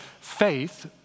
faith